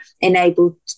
enabled